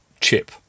chip